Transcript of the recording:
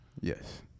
Yes